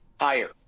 higher